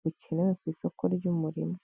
bukenewe ku isoko ry'umurimo.